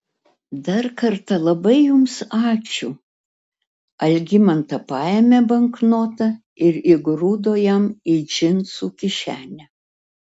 dar kartą labai jums ačiū algimanta paėmė banknotą ir įgrūdo jam į džinsų kišenę